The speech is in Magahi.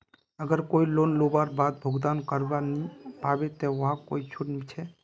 अगर कोई लोन लुबार बाद भुगतान करवा नी पाबे ते वहाक कोई छुट छे?